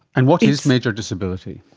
and what is major disability?